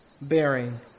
bearing